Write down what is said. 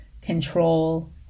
control